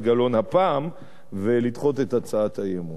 גלאון הפעם ולדחות את הצעת האי-אמון.